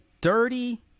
dirty